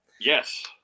Yes